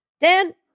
Dan